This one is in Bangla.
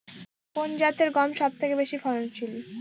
কোন জাতের গম সবথেকে বেশি ফলনশীল?